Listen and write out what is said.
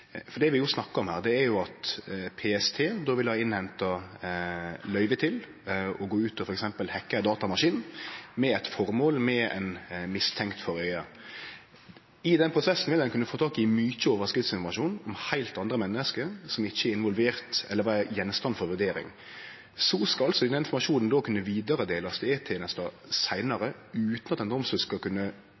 stad. Det vi snakkar om, er at PST då vil innhente løyve til å gå ut og f.eks. hacke ei datamaskin med eit føremål og med ein mistenkt for auge. I den prosessen vil ein kunne få tak i mykje overskotsinformasjon om heilt andre menneske som ikkje er involverte eller er gjenstand for vurdering. Så skal denne informasjonen då kunne vidaredelast E-tenesta seinare utan at ein domstol skal kunne